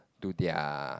to their